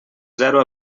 zero